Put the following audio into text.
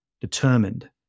determined